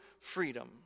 freedom